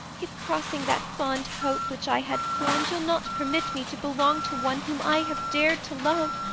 if, crossing that fond hope which i had formed, you'll not permit me to belong to one whom i have dared to love,